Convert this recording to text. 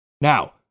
Now